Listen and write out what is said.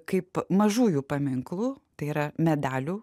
kaip mažųjų paminklų tai yra medalių